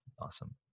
awesome